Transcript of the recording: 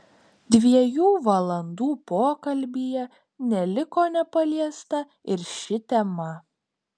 dviejų valandų pokalbyje neliko nepaliesta ir ši tema